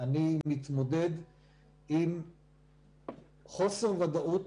אני מתמודד עם חוסר ודאות